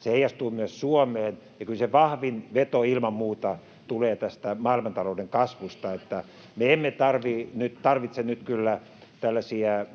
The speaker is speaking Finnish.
Se heijastuu myös Suomeen, ja kyllä se vahvin veto ilman muuta tulee tästä maailmantalouden kasvusta, [Leena Meri: Eli ei ole tulossa!] niin että me emme tarvitse nyt kyllä tällaisia